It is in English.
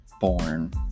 born